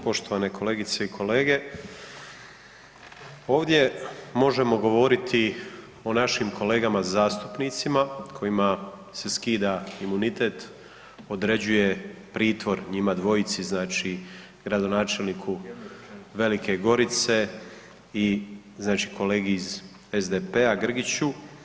Poštovane kolegice i kolege, ovdje možemo govoriti o našim kolegama zastupnicima kojima se skida imunitet, određuje pritvor njima dvojici, znači gradonačelniku Velike Gorice i znači kolegi iz SDP-a Grgiću.